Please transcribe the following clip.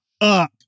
up